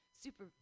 Super